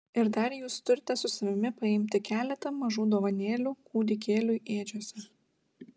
ir dar jūs turite su savimi paimti keletą mažų dovanėlių kūdikėliui ėdžiose